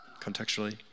contextually